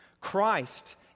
Christ